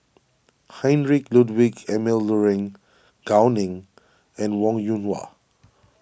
Heinrich Ludwig Emil Luering Gao Ning and Wong Yoon Wah